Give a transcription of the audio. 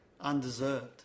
undeserved